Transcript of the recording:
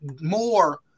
more